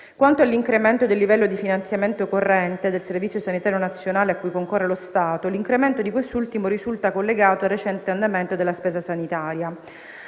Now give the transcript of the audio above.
Quanto all'incremento del livello di finanziamento corrente del Servizio sanitario nazionale (SSN) a cui concorre lo Stato, l'incremento di quest'ultimo risulta collegato al recente andamento della spesa sanitaria.